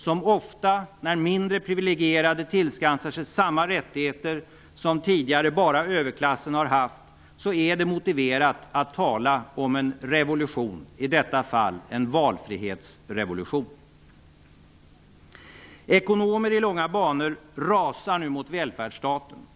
Som ofta när mindre privilegierade tillskansar sig samma rättigheter som tidigare bara överklassen har haft är det motiverat att tala om en revolution, i detta fall en valfrihetsrevolution. Ekonomer i långa banor rasar nu mot välfärdsstaten.